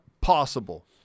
possible